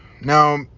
Now